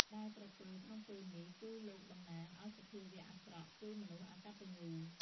ដែលក្រពើ ក្នុងពេលនេះ គឺលោកតំណាងឲ្យសភាវៈអាក្រក់ គឺមនុស្សអកត្តញ្ញូ ។